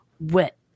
wet